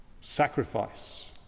sacrifice